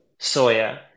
Soya